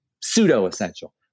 pseudo-essential